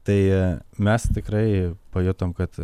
tai mes tikrai pajutom kad